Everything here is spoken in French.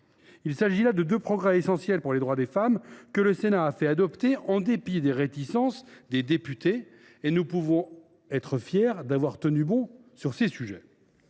Il s’agit là de deux progrès essentiels pour les droits des femmes, que le Sénat a fait adopter en dépit des réticences de l’Assemblée nationale. Nous pouvons être fiers d’avoir tenu bon sur ces sujets.